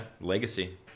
Legacy